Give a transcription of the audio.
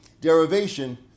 derivation